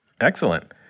Excellent